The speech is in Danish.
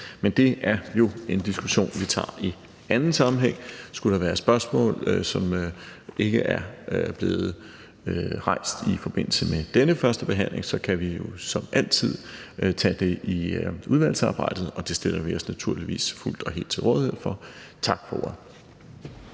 Men det er jo en diskussion, vi tager i anden sammenhæng. Skulle der være spørgsmål, som ikke er blevet rejst i forbindelse med denne første behandling, kan det jo som altid tages i udvalgsarbejdet, og det stiller vi os naturligvis fuldt og helt til rådighed for. Tak for ordet.